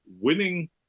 winning